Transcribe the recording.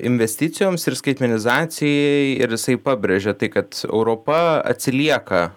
investicijoms ir skaitmenizacijai ir jisai pabrėžia tai kad europa atsilieka